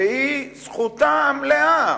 וזכותה המלאה